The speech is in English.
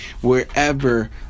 wherever